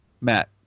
Matt